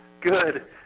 Good